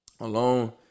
alone